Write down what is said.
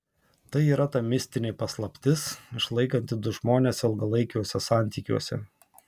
tai yra ta mistinė paslaptis išlaikanti du žmones ilgalaikiuose santykiuose